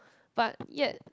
but yet